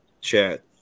chat